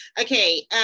Okay